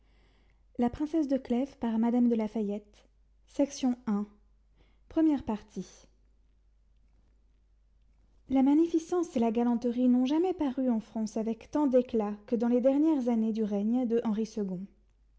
la magnificence et la galanterie n'ont jamais paru en france avec tant d'éclat que dans les dernières années du règne de henri second